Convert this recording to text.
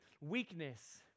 weakness